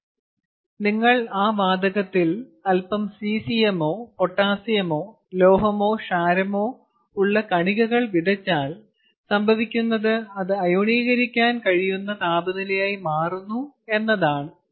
എന്നാൽ നിങ്ങൾ ആ വാതകത്തിൽ അൽപം സീസിയമോ പൊട്ടാസ്യമോ ലോഹമോ ക്ഷാരമോ ഉള്ള കണികകൾ വിതച്ചാൽ സംഭവിക്കുന്നത് അത് അയോണീകരിക്കാൻ കഴിയുന്ന താപനിലയായി മാറുന്നു എന്നതാണ്